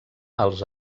els